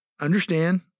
understand